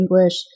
English